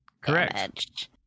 correct